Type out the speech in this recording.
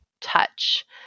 touch